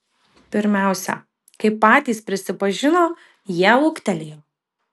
pirmiausia kaip patys prisipažino jie ūgtelėjo